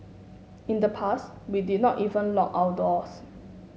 in the past we did not even lock our doors